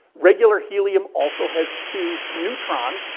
regular helium also has two neutrons.